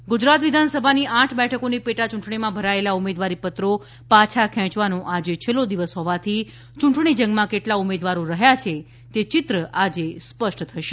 પેટા ચૂંટણી ગુજરાત વિધાનસભાની આઠ બેઠકોની પેટા યૂંટણીમાં ભરાયેલા ઉમેદવારીપત્રો પાછા ખેચવાનો આજે છેલ્લો દિવસ હોવાથી ચૂંટણીજંગમાં કેટલા ઉમેદવારો રહ્યા છે તે ચિત્ર આજે સ્પષ્ટ થશે